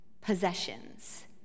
possessions